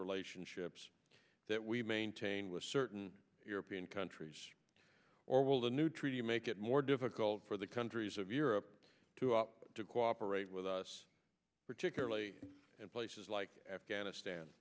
relationships that we maintain with certain european countries or will the new treaty make it more difficult for the countries of europe to up to cooperate with us particularly in places like afghanistan